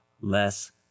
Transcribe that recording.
less